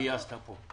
גייסת פה.